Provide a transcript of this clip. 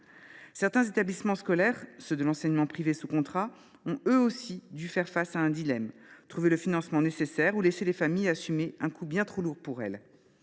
Certains établissements scolaires, ceux de l’enseignement privé sous contrat, ont eux aussi dû faire face à un dilemme : trouver les financements nécessaires ou laisser les familles assumer un coût bien trop lourd pour elles.